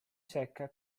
secca